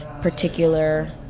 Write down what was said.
particular